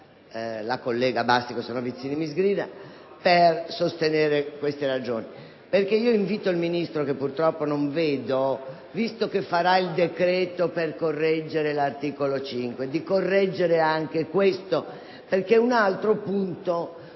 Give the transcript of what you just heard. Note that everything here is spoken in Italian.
che ha usato la senatrice Bastico per sostenere queste ragioni. Io invito il Ministro - che purtroppo non vedo - visto che farà il decreto per correggere l'articolo 5, di correggere anche questo, perché è un'altro punto